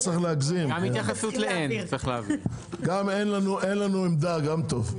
גם אין לנו עמדה גם טוב.